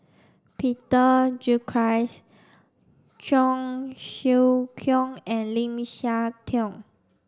Peter Gilchrist Cheong Siew Keong and Lim Siah Tong